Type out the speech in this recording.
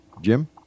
Jim